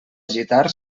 gitar